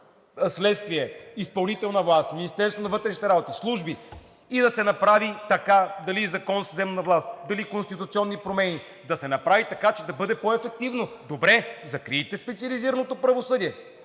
следствие, изпълнителна власт, Министерството на вътрешните работи, служби, и да се направи така – дали Закон за съдебната власт, дали конституционни промени – че да бъде по-ефективно. Добре, закрийте специализираното правосъдие,